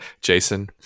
Jason